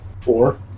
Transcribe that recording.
Four